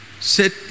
sit